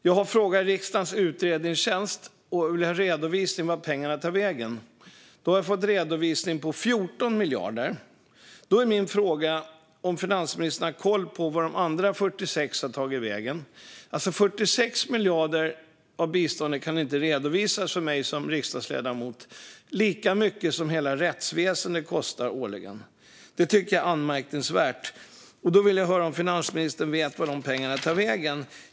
Jag bad riksdagens utredningstjänst om en redovisning av vart pengarna tar vägen och fick det på 14 miljarder. Har finansministern koll på vart de andra 46 har tagit vägen? Att dessa 46 miljarder inte kan redovisas för mig som riksdagsledamot - lika mycket som hela rättsväsendet kostar årligen - är anmärkningsvärt. Vet finansministern vart dessa pengar tar vägen?